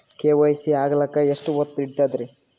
KYC ಆಗಲಕ್ಕ ಎಷ್ಟ ಹೊತ್ತ ಹಿಡತದ್ರಿ?